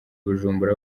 bujumbura